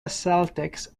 celtics